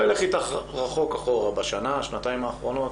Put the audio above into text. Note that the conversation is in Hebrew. אני לא אלך רחוק אחורה, בשנה-שנתיים האחרונות,